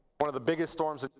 one of the biggest storms in